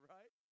Right